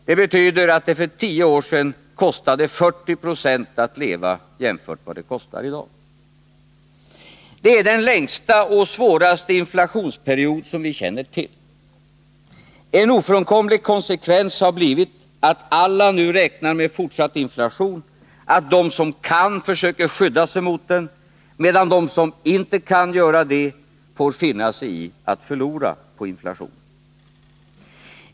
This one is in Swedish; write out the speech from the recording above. Det betyder att det för tio år sedan kostade 40 96 att leva jämfört med vad det kostar i dag. Det är den längsta och svåraste inflationsperiod som vi känner till. En ofrånkomlig konsekvens har blivit att alla nu räknar med fortsatt inflation, att de som kan försöker skydda sig mot den, medan de som inte kan göra det får finna sig i att förlora på inflationen.